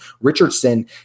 Richardson